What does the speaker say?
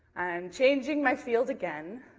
changing my field again.